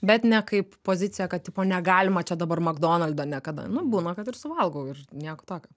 bet ne kaip pozicija kad tipo negalima čia dabar makdonaldo niekada nu būna kad ir suvalgau ir nieko tokio